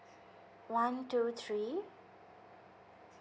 one two three